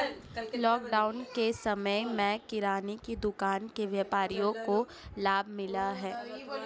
lockdown के समय में किराने की दुकान के व्यापारियों को लाभ मिला है